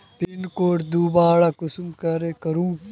Pin code दोबारा कुंसम करे करूम?